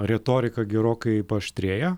retorika gerokai paaštrėja